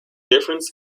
difference